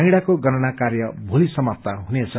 ड़ाको गणना कार्य भोलि समाप्त हुनेछ